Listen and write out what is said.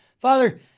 Father